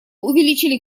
увеличили